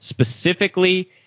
specifically